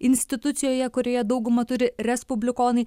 institucijoje kurioje daugumą turi respublikonai